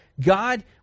God